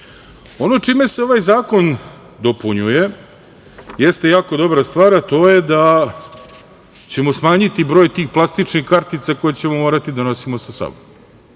čime se ovaj zakon dopunjuje jeste jako dobra stvar, a to je da ćemo smanjiti broj tih plastičnih kartica koje ćemo morati da nosimo sa sobom.